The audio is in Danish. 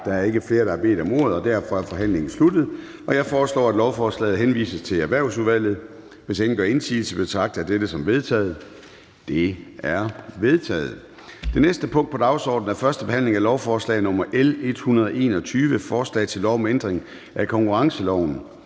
Der er ikke flere, der har bedt om ordet, og derfor er forhandlingen sluttet. Jeg foreslår, at lovforslaget henvises til Erhvervsudvalget. Hvis ingen gør indsigelse, betragter jeg dette som vedtaget. Det er vedtaget. --- Det næste punkt på dagsordenen er: 12) 1. behandling af lovforslag nr. L 121: Forslag til lov om ændring af konkurrenceloven.